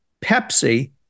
Pepsi